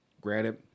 granted